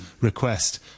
request